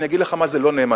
אני אגיד לך מה זה לא נאמנות.